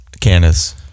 Candace